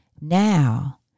Now